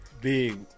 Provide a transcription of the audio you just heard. Big